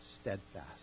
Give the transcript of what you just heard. steadfast